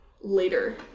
later